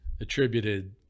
attributed